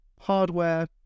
hardware